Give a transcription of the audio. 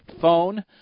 phone